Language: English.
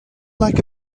like